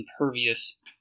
impervious